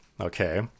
Okay